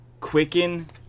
quicken